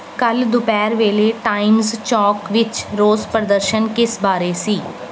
ਕੱਲ੍ਹ ਦੁਪਹਿਰ ਵੇਲੇ ਟਾਈਮਜ਼ ਚੌਂਕ ਵਿੱਚ ਰੋਸ ਪ੍ਰਦਰਸ਼ਨ ਕਿਸ ਬਾਰੇ ਸੀ